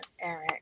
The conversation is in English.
Eric